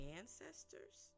ancestors